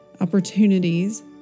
opportunities